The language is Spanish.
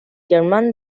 germán